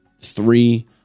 three